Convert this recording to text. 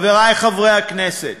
חברי חברי הכנסת,